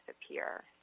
disappear